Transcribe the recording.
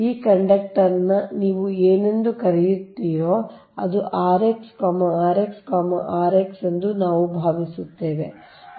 ಈ ಕಂಡಕ್ಟರ್ ನ ನೀವು ಏನೆಂದು ಕರೆಯುತ್ತೀರೋ ಅದು r x r x r x ಎಂದು ನಾವು ಭಾವಿಸುತ್ತೇವೆ